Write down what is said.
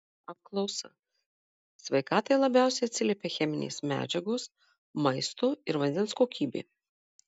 apklausa sveikatai labiausiai atsiliepia cheminės medžiagos maisto ir vandens kokybė